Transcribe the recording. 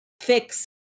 fix